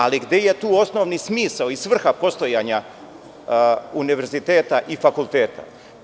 Ali, gde je tu osnovni smisao i svrha postojanja univerziteta i fakulteta?